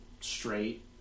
straight